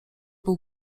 był